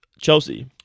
Chelsea